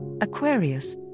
Aquarius